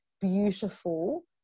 Beautiful